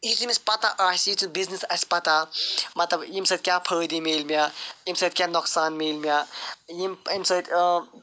یہِ تٔمِس پتہ آسہِ بِزنِس آسہِ پَتہ مَطلَب ییٚمہِ سۭتۍ کیاہ فٲیدٕ مِلہِ مےٚ ییٚمہِ سۭتۍ کیاہ نۄقصان مِلہِ مےٚ یِم اَمہِ سۭتۍ